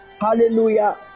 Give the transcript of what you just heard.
hallelujah